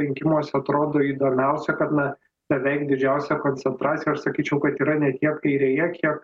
rinkimuose atrodo įdomiausia kad na beveik didžiausia koncentracija aš sakyčiau kad yra ne tiek kairėje kiek